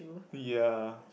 ya